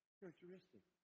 characteristic